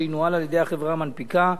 שינוהל על-ידי החברה המנפיקה.